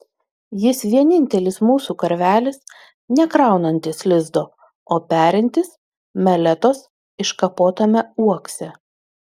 jis vienintelis mūsų karvelis nekraunantis lizdo o perintis meletos iškapotame uokse